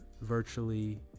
virtually